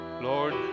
Lord